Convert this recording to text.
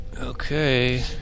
Okay